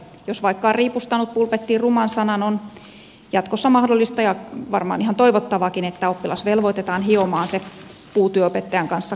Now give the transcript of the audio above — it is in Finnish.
jos vaikka on riipustanut pulpettiin ruman sanan on jatkossa mahdollista ja varmaan ihan toivottavaakin että oppilas velvoitetaan hiomaan se puutyöopettajan kanssa kuntoon